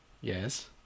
yes